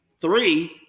Three